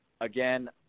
again